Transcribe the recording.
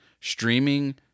streaming